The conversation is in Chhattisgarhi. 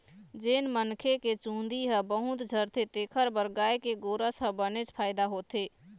जेन मनखे के चूंदी ह बहुत झरथे तेखर बर गाय के गोरस ह बनेच फायदा होथे